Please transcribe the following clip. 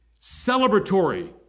celebratory